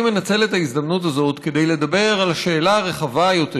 אני מנצל את ההזדמנות הזאת כדי לדבר על השאלה הרחבה יותר